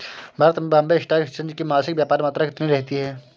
भारत में Bombay stock exchange की मासिक व्यापार मात्रा कितनी रहती है?